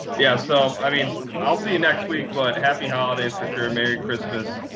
yeah so i mean, i'll see you next week, but happy holidays for sure. merry christmas.